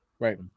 right